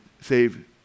save